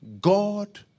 God